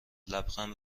لبخند